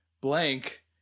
blank